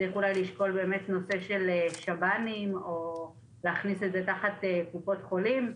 צריך אולי לשקול נושא של שב"ן או להכניס את זה תחת קופות חולים,